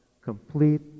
complete